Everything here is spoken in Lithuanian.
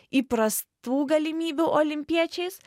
įprastų galimybių olimpiečiais